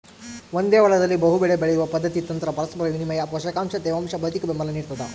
ಒಂದೇ ಹೊಲದಲ್ಲಿ ಬಹುಬೆಳೆ ಬೆಳೆಯುವ ಪದ್ಧತಿ ತಂತ್ರ ಪರಸ್ಪರ ವಿನಿಮಯ ಪೋಷಕಾಂಶ ತೇವಾಂಶ ಭೌತಿಕಬೆಂಬಲ ನಿಡ್ತದ